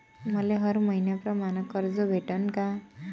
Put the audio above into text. मले हर मईन्याप्रमाणं कर्ज भेटन का?